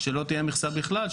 שלא תהיה מכסה בכלל,